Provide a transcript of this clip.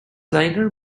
liner